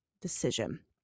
decision